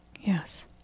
Yes